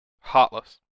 Heartless